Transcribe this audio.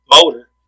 motor